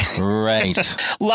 Right